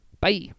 Bye